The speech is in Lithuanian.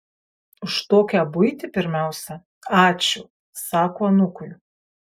už tokią buitį pirmiausia ačiū sako anūkui